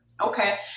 Okay